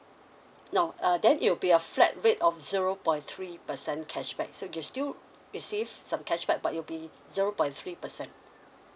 no uh then it will be a flat rate of zero point three percent cashback so you still receive some cashback but it'll be zero point three percent